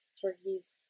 turkeys